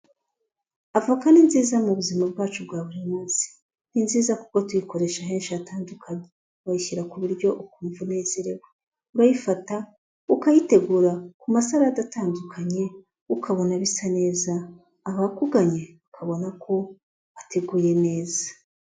Avoka ni ari nziza mu buzima bwacu bwa buri munsi. Ni nziza kuko tuyikoresha henshi hatandukanye. Wayishyira ku biryo ukumva unezerewe. Urayifata ukayitegura ku masalade atandukanye, ukabona bisa neza, abakuganye bakabona ko wateguye neza.